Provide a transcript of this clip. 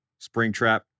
Springtrap